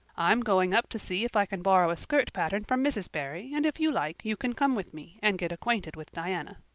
i'm going up to see if i can borrow a skirt pattern from mrs. barry, and if you like you can come with me and get acquainted with diana.